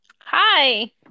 hi